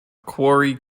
quarry